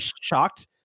shocked